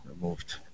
removed